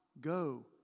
go